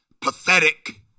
Pathetic